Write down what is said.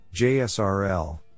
JSRL